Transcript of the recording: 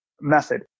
method